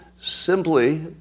simply